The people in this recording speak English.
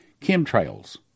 Chemtrails